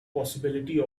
possibility